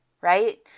right